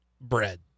bread